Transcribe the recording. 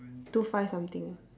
two five something